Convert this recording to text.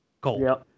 cold